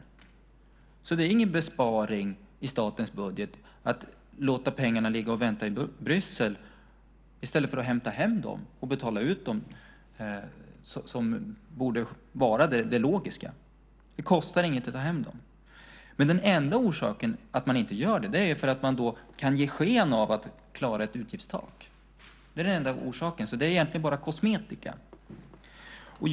Det är alltså ingen besparing i statens budget att låta pengarna ligga och vänta i Bryssel i stället för att hämta hem dem och betala ut dem, vilket borde vara det logiska. Det kostar inget att ta hem dem. Den enda orsaken till att man inte gör det är att man då kan ge sken av att klara ett utgiftstak. Det är alltså egentligen bara kosmetika.